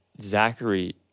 Zachary